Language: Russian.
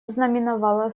знаменовало